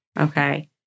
Okay